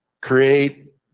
create